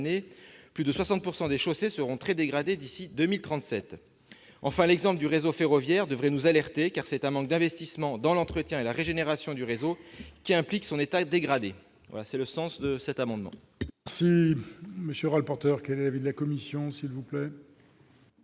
plus de 60 % des chaussées seront très dégradées d'ici à 2037 ». Enfin, l'exemple du réseau ferroviaire devrait nous alerter : c'est un manque d'investissements dans l'entretien et la régénération du réseau qui explique son état dégradé. Quel est l'avis de la commission